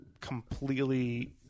completely